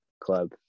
club